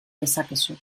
dezakezu